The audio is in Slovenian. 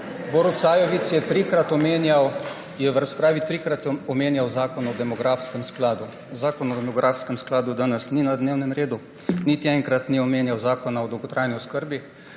v razpravi trikrat omenjal Zakon o demografskem skladu. Zakon o demografskem skladu danes ni na dnevnem redu. Niti enkrat ni omenil Zakona o dolgotrajni oskrbi.